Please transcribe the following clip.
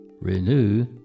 renew